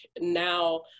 now